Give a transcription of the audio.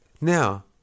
Now